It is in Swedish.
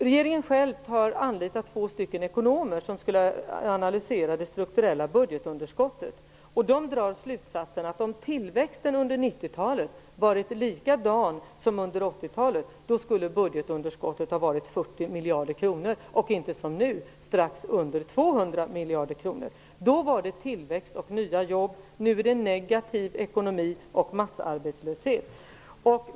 Regeringen själv har anlitat två stycken ekonomer för att analysera det strukturella budgetunderskottet. Dessa ekonomer drar slutsatsen att om tillväxten under 90-talet hade varit likadan som under 80-talet, skulle budgetunderskottet ha varit 40 miljarder kronor, och inte som nu strax under 200 miljarder kronor. Då var det tillväxt och nya jobb, nu är det negativ ekonomi och massarbetslöshet.